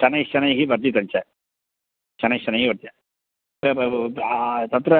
शनैः शनैः वर्धितञ्च शनैः शनैः वर्ज् तत्र